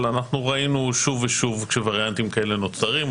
אבל ראינו שוב ושוב שווריאנטים כאלה נוצרים.